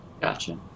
Gotcha